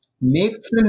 makes